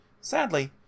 Sadly